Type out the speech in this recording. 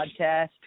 podcast